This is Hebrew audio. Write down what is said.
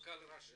המנכ"ל רשם.